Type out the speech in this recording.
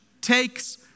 takes